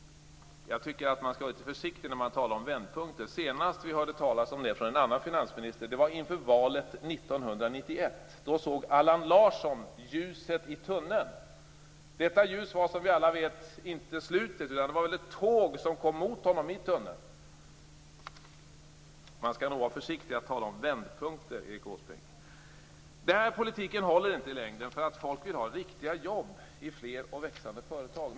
Jag tycker att man skall vara litet försiktig när man talar om vändpunkter. Senast vi hörde talas om en vändpunkt av en annan finansminister var inför valet 1991. Då såg Allan Larsson ljuset i tunneln. Detta ljus var, som vi alla vet, inte slutet. Det var ett tåg som kom emot honom i tunneln. Man skall nog vara försiktig när man talar om vändpunkter, Erik Åsbrink. Den här politiken håller inte i längden. Folk vill ha riktiga jobb i fler och växande företag.